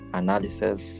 analysis